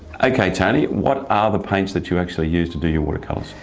okay, tony, what are the paints that you actually use to do your watercolours?